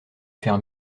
faire